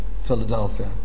Philadelphia